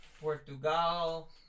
Portugal